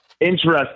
interesting